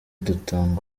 dutanga